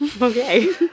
okay